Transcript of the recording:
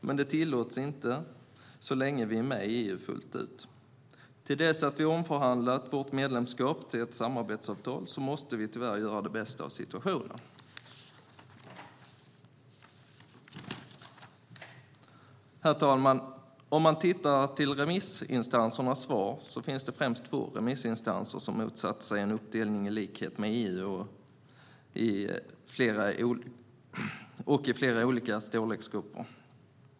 Men det tillåts inte så länge vi fullt ut är med i EU. Till dess att vi omförhandlat vårt medlemskap till ett samarbetsavtal måste vi göra det bästa av situationen. Herr talman! Om vi tittar på remissinstansernas svar ser vi att främst två remissinstanser motsatt sig en uppdelning i likhet med den i EU samt i flera olika storleksgrupper.